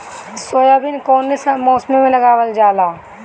Soybean कौने मौसम में लगावल जा?